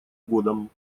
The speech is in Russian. годом